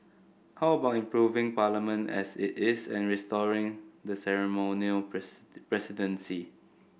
how about improving Parliament as it is and restoring the ceremonial presidency